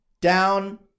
down